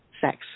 sex